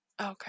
Okay